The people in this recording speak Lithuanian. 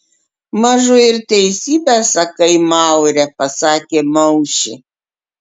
mažu ir teisybę sakai maure pasakė maušė